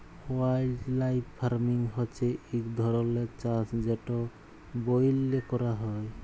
wildlife farming হছে ইক ধরলের চাষ যেট ব্যইলে ক্যরা হ্যয়